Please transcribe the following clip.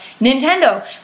Nintendo